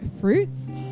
fruits